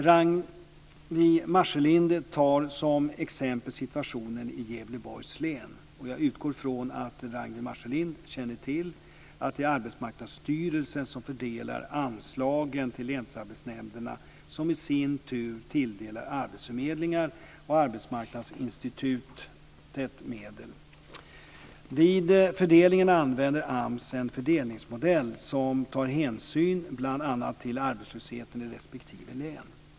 Ragnwi Marcelind tar som exempel situationen i Gävleborgs län. Jag utgår ifrån att Ragnwi Marcelind känner till att det är Arbetsmarknadsstyrelsen som fördelar anslagen till länsarbetsnämnderna, som i sin tur tilldelar arbetsförmedlingar och arbetsmarknadsinstitut deras medel. Vid fördelningen använder AMS en fördelningsmodell som tar hänsyn bl.a. till arbetslösheten i respektive län.